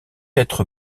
être